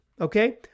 Okay